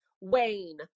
Wayne